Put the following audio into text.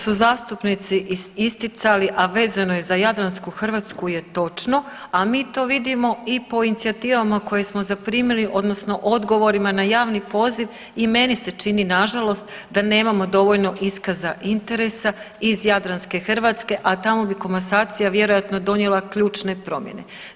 Sve što su zastupnici isticali, a vezano je za jadransku Hrvatsku je točno, a mi to vidimo i po inicijativama koje smo zaprimili odnosno odgovorima na javni poziv i meni se čini nažalost da nemamo dovoljno iskaza interesa iz jadranske Hrvatske, a tamo bi komasacija vjerojatno donijela ključne promijene.